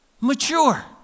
mature